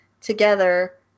together